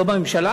לא בממשלה,